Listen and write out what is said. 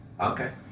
Okay